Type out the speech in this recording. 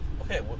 okay